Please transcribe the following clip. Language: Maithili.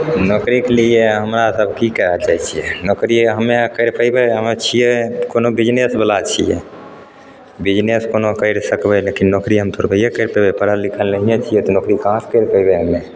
नौकरीके लिए हमरा सब की कहब चाहै छियै नौकरी हमे कैरे पैबै छियै कोनो बिजनेस बला छियै बिजनेस कोनो कैरि सकबै लेकिन नौकरी हम थोरबैये कैरि पैबै पढ़ल लिखल नहिये छियै तऽ नौकरी कहाँ सँ कैरि पैबै हमे